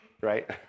right